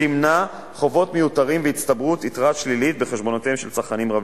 ותמנע חובות מיותרים והצטברות יתרה שלילית בחשבונותיהם של צרכנים רבים.